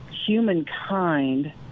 humankind